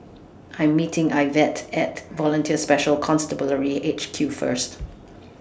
I Am meeting Ivette At Volunteer Special Constabulary H Q First